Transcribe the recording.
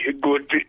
Good